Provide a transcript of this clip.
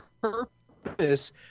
purpose